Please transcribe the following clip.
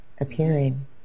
appearing